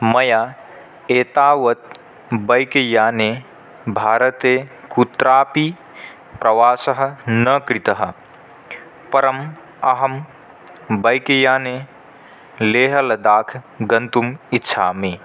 मया एतावत् बैक्याने भारते कुत्रापि प्रवासः न कृतः परम् अहं बैक्याने लेहलदाक् गन्तुम् इच्छामि